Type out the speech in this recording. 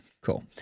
Cool